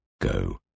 go